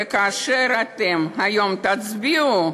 וכאשר אתם היום תצביעו,